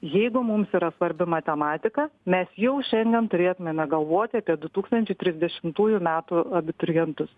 jeigu mums yra svarbi matematika mes jau šiandien turėtumėme galvoti apie du tūkstančiai trisdešimtųjų metų abiturientus